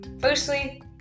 Firstly